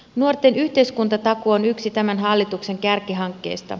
nuorten yhteiskuntatakuu on yksi tämän hallituksen kärkihankkeista